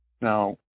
Now